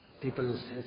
People